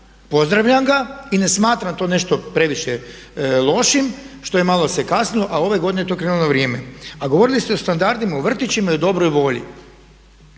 pozdravljam ga i ne smatram to nešto previše lošim što se malo kasnilo, a ove godine je to krenulo na vrijeme. A govorili ste o standardima u vrtićima i o dobroj volji.